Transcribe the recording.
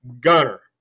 gunner